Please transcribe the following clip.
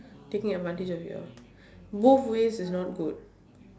taking advantage of you both ways is not good